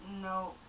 No